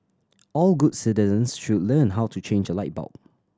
all good citizens should learn how to change a light bulb